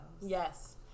Yes